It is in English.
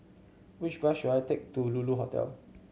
which bus should I take to Lulu Hotel